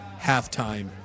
halftime